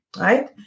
Right